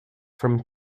from